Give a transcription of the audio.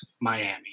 Miami